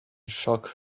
shook